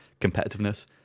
competitiveness